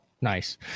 Nice